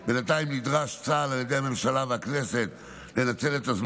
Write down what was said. בינתיים נדרש צה"ל על ידי הממשלה והכנסת לנצל את הזמן